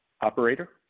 Operator